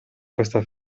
questa